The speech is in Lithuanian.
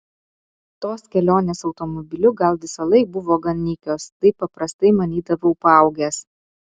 tos kelionės automobiliu gal visąlaik buvo gan nykios taip paprastai manydavau paaugęs